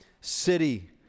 city